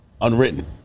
Unwritten